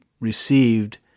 received